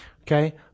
okay